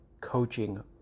coaching